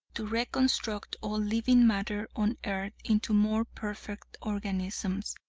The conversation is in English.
to reconstruct all living matter on earth into more perfect organisms,